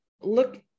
look